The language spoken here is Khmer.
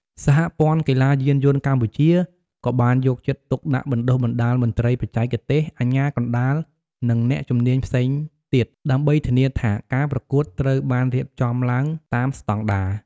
សហព័ន្ធកីឡាយានយន្តកម្ពុជា ក៏បានយកចិត្តទុកដាក់បណ្តុះបណ្តាលមន្ត្រីបច្ចេកទេស អាជ្ញាកណ្តាល និងអ្នកជំនាញផ្សេងទៀត ដើម្បីធានាថាការប្រកួតត្រូវបានរៀបចំឡើងតាមស្តង់ដារ។